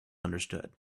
understood